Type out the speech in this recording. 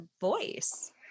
voice